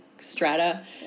strata